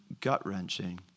gut-wrenching